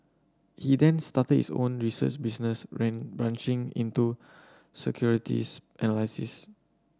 he then started his own research business branching into securities analysis